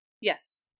Yes